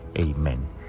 Amen